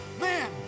Man